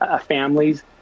families